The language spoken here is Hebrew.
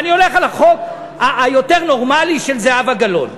אבל אני הולך על החוק היותר-נורמלי של זהבה גלאון.